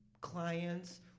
clients